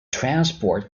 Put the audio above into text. transport